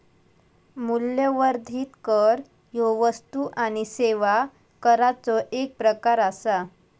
मूल्यवर्धित कर ह्यो वस्तू आणि सेवा कराचो एक प्रकार आसा